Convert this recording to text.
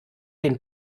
den